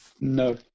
No